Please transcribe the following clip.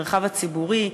המרחב הציבורי,